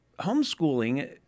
homeschooling